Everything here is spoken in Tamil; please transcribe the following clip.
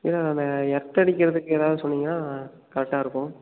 இல்ல நானு எர்த் அடிக்கிறதுக்கு ஏதாவது சொன்னீங்கன்னால் கரெக்டாயிருக்கும்